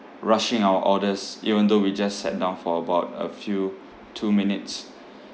rushing our orders even though we just sat down for about a few two minutes